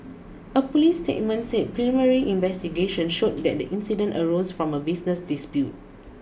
a police statement said primary investigations showed that the incident arose from a business dispute